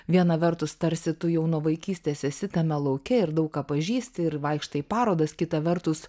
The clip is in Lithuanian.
viena vertus tarsi tu jau nuo vaikystės esi tame lauke ir daug ką pažįsti ir vaikštai į parodas kita vertus